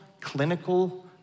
clinical